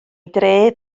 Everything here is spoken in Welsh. dref